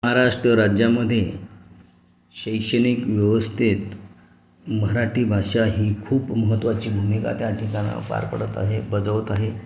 महाराष्ट्र राज्यामध्ये शैक्षणिक व्यवस्थेत मराठी भाषा ही खूप महत्त्वाची भूमिका त्या ठिकाणी पार पडत आहे बजावत आहे